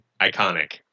Iconic